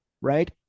right